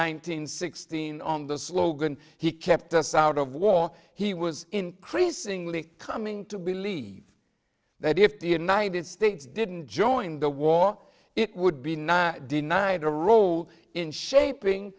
hundred sixteen on the slogan he kept us out of war he was increasingly coming to believe that if the united states didn't join the war it would be not denied a role in shaping